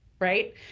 right